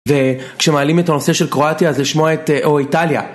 וכשמעלים את הנושא של קרואטיה אז לשמוע את... או איטליה.